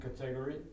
category